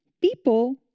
People